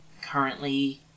currently